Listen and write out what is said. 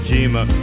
Jima